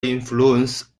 influence